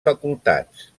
facultats